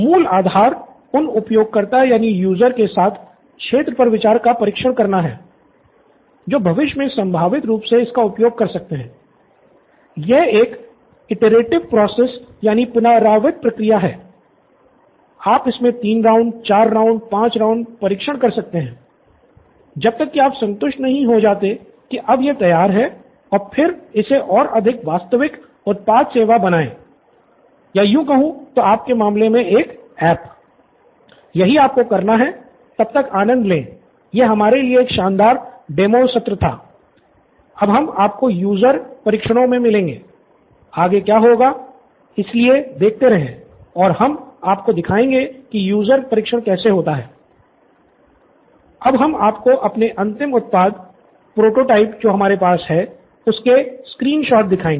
मूल आधार उन उपयोगकर्ताओं के साथ क्षेत्र पर विचार का परीक्षण करना है जो भविष्य में संभावित रूप से इसका उपयोग कर सकते हैं यह एक पुनरावृत्त प्रक्रिया परीक्षण कैसे होता हैं और अब हम आपको अपने अंतिम उत्पाद प्रोटोटाइप जो हमारे पास हैं उसके स्क्रीन शॉट दिखाएँगे